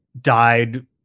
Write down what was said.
died